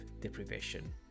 deprivation